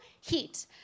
heat